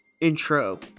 intro